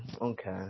Okay